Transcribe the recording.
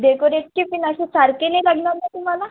डेकोरेटची पण अशी सारखी नाही लागणार ना तुम्हाला